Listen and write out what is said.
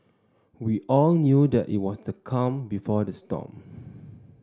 we all knew that it was the calm before the storm